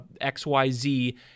XYZ